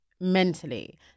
mentally